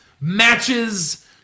matches